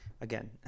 Again